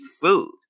food